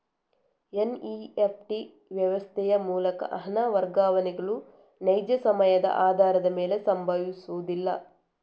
NEFT ವ್ಯವಸ್ಥೆಯ ಮೂಲಕ ಹಣ ವರ್ಗಾವಣೆಗಳು ನೈಜ ಸಮಯದ ಆಧಾರದ ಮೇಲೆ ಸಂಭವಿಸುವುದಿಲ್ಲ